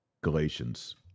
Galatians